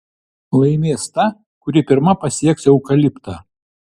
laimės ta kuri pirma pasieks eukaliptą